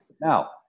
Now